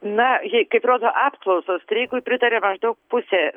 na ji kaip rodo apklausos streikui pritaria maždaug pusė